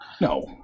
No